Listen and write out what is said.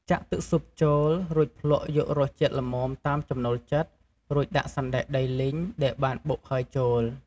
ចាក់ទឹកស៊ុបចូល រួចភ្លក្សយករសជាតិល្មមតាមចំណូលចិត្ត រួចដាក់សណ្តែកដីលីងដែលបានបុកហើយចូល។